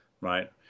right